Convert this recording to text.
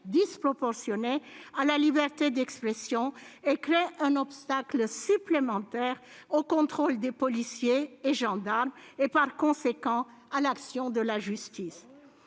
disproportionnée à la liberté d'expression ; elle crée un obstacle supplémentaire au contrôle des policiers et des gendarmes et, par conséquent, à l'action de la justice.